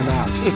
out